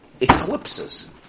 Eclipses